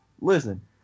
Listen